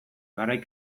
garai